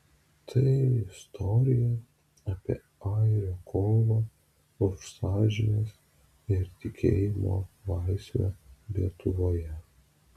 tai istorija apie airio kovą už sąžinės ir tikėjimo laisvę lietuvoje